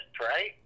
right